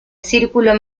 círculo